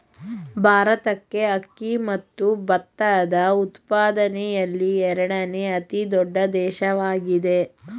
ಭಾರತಕ್ಕೆ ಅಕ್ಕಿ ಮತ್ತು ಭತ್ತದ ಉತ್ಪಾದನೆಯಲ್ಲಿ ಎರಡನೇ ಅತಿ ದೊಡ್ಡ ದೇಶವಾಗಿದೆ